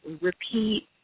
repeat